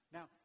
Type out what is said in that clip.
Now